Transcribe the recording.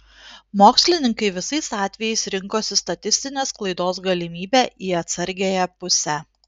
mokslininkai visais atvejais rinkosi statistinės klaidos galimybę į atsargiąją pusę